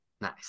Nice